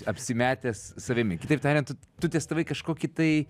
apsimetęs savimi kitaip tariant tu tu testavai kažkokį tai